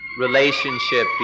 relationship